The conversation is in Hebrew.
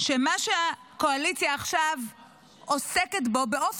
שמה שהקואליציה עוסקת בו עכשיו,